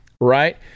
Right